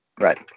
right